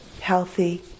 healthy